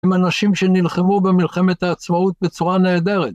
הם אנשים שנלחמו במלחמת העצמאות בצורה נהדרת.